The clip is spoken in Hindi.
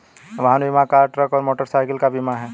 वाहन बीमा कार, ट्रक और मोटरसाइकिल का बीमा है